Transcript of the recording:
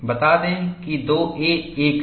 बता दें कि 2a1 है